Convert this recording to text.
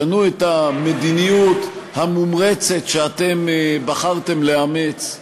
שנו את המדיניות המומרצת שאתם בחרתם לאמץ.